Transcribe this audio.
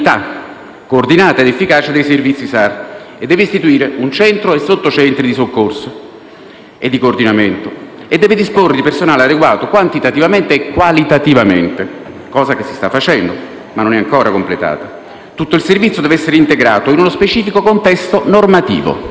coordinata ed efficace, dei servizi SAR, che istituisca un centro e sottocentri di soccorso e di coordinamento e che disponga di personale adeguato quantitativamente e qualitativamente (cosa che si sta facendo ma non è ancora completata). Tutto il servizio deve essere integrato in uno specifico contesto normativo,